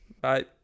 Bye